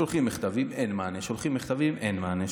שולחים מכתבים, אין מענה.